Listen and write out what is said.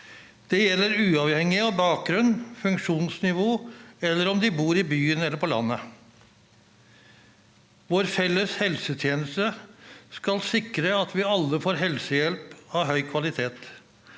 Det gjelder uavhengig av bakgrunn, funksjonsnivå eller om de bor i byen eller på landet. Vår felles helsetjeneste skal sikre at vi alle får helsehjelp av høy kvalitet.